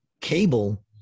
cable